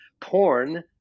porn